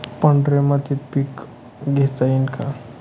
पांढऱ्या मातीत पीक घेता येईल का?